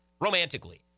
romantically